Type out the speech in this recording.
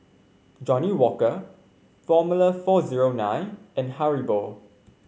Johnnie Walker Formula four zero nine and Haribo